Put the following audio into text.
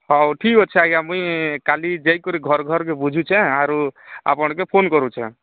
ହେଉ ଠିକ୍ ଅଛି ଆଜ୍ଞା ମୁଇ କାଲି ଯାଇ କରି ଘର ଘର କେ ବୁଝୁଛେ ଆରୁ ଆପଣଙ୍କୁ ଫୋନ୍ କରୁଛେ